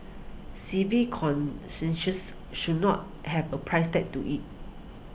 civic conscious should not have a price tag to it